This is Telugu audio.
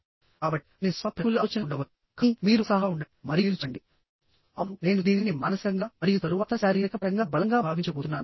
కాబట్టి కొన్ని స్వల్ప ప్రతికూల ఆలోచనలు ఉండవచ్చు కానీ మీరు ఉత్సాహంగా ఉండండి మరియు మీరు చెప్పండి అవును నేను దీనిని మానసికంగా మరియు తరువాత శారీరక పరంగా బలంగా భావించబోతున్నాను